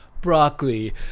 broccoli